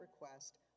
request